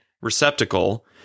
receptacle